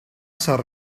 ser